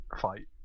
fight